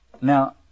Now